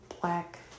black